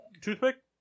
Toothpick